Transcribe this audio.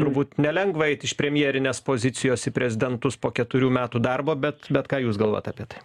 turbūt nelengva eit iš premjerinės pozicijos į prezidentus po keturių metų darbo bet bet ką jūs galvojat apie tai